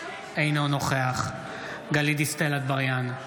אינו נוכח גלית דיסטל אטבריאן,